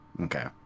okay